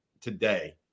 today